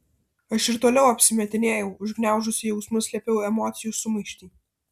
aš ir toliau apsimetinėjau užgniaužusi jausmus slėpiau emocijų sumaištį